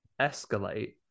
escalate